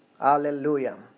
Hallelujah